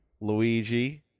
Luigi